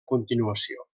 continuació